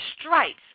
stripes